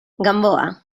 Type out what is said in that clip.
gamboa